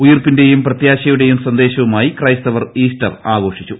ഉയിർപ്പിന്റെയും പ്രത്യാശയുടെയും സന്ദേശവുമായി ക്രൈസ്തവർ ഈസ്റ്റർ ആഘോഷിച്ചു